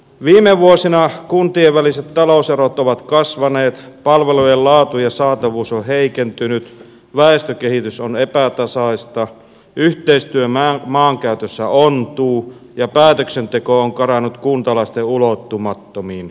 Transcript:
viime vuosina kuntien väliset talouserot ovat kasvaneet palvelujen laatu ja saatavuus ovat heikentyneet väestökehitys on epätasaista yhteistyö maankäytössä ontuu ja päätöksenteko on karannut kuntalaisten ulottumattomiin